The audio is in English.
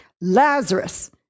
Lazarus